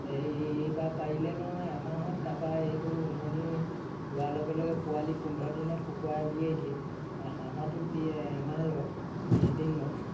এইবাৰ পাৰিলে নহয় এমাহত তাৰপৰা এইটো উমনি লোৱাৰ লগে লগে পোৱালি পোন্ধৰ দিনত কুকুৰাই উলিয়াই দিয়ে হাঁহৰটো এমাহ লয় ত্ৰিছ দিন লয়